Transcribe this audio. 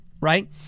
right